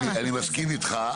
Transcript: אני מסכים איתך.